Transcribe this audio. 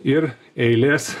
ir eilės